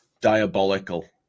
Diabolical